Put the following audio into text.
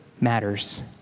matters